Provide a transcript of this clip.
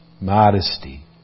modesty